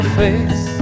face